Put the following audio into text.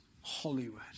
Hollywood